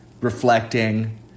reflecting